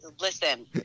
Listen